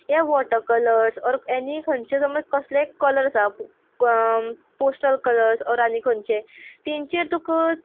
ये water colours or any खंयचे समज कसले कलर्ज आ प क पोस्टर कलर्ज ऑर आनी खंयचे तेंचेर तुक